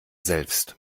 selbst